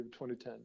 2010